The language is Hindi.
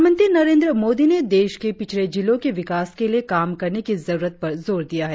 प्रधानमंत्री नरेंद्र मोदी ने देश के पिछड़े जिलों के विकास के लिए काम करने की जरुरत पर जोर दिया है